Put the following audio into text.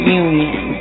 union